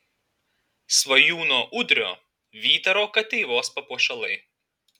svajūno udrio vytaro kateivos papuošalai